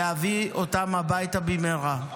להביא אותם הביתה במהרה.